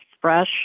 fresh